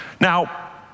Now